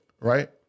right